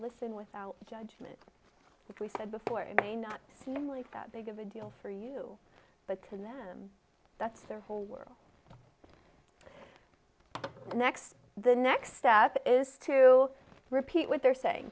listen without judgment if we said before and i not only that big of a deal for you but to them that's their whole world next the next step is to repeat what they're saying